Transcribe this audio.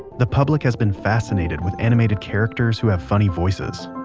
the public has been fascinated with animated characters who have funny voices